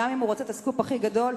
גם אם הוא רוצה את הסקופ הכי גדול,